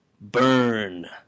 Burn